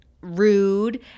rude